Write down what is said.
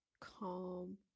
calm